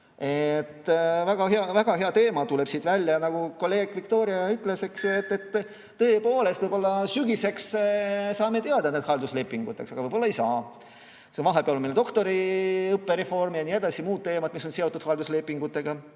Väga hea teema tuleb siit välja. Nagu kolleeg Viktoria ütles, tõepoolest, võib-olla sügiseks saame teada neist halduslepingutest, aga võib-olla ei saa. Sest vahepeal on meil doktoriõppe reform ja nii edasi, muud teemad, mis on seotud halduslepingutega.